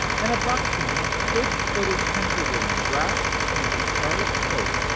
and a buxom, brisk-footed countrywoman, wrapped in her scarlet cloak,